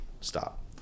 stop